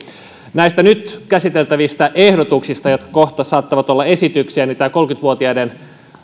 näistä nyt käsiteltävistä ehdotuksista jotka kohta saattavat olla esityksiä tämä alle kolmekymmentä vuotiaiden